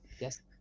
yes